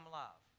love